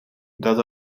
dat